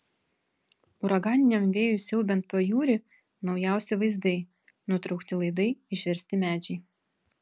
uraganiniam vėjui siaubiant pajūrį naujausi vaizdai nutraukti laidai išversti medžiai